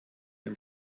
dem